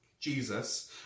Jesus